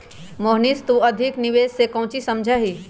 मोहनीश तू अधिक निवेश से काउची समझा ही?